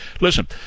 listen